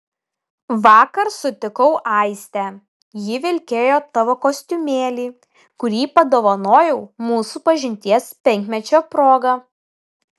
vakar sutikau aistę ji vilkėjo tavo kostiumėlį kurį padovanojau mūsų pažinties penkmečio proga